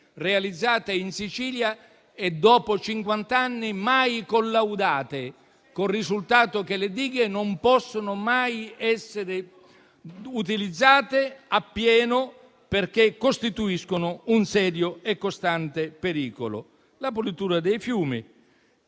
realizzate in Sicilia e dopo cinquant'anni mai collaudate, con il risultato che non possono essere utilizzate appieno perché costituiscono un serio e costante pericolo. C'è stata la pulitura dei fiumi;